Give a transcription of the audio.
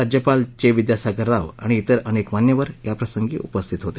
राज्यपाल चे विद्यासागर राव आणि विर अनेक मान्यवर या प्रसंगी उपस्थित होते